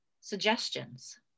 suggestions